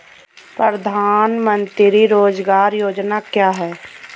प्रधानमंत्री रोज़गार योजना क्या है?